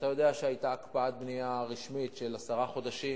אתה יודע שהיתה הקפאת בנייה רשמית של עשרה חודשים,